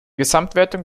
gesamtwertung